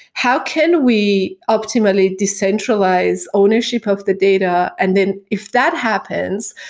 how can we optimally decentralize ownership of the data? and then if that happens,